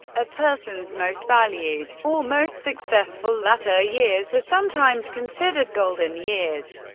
a person's most valued or most successful latter years are sometimes considered golden years.